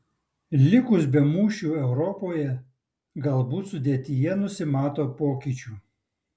likus be mūšių europoje galbūt sudėtyje nusimato pokyčių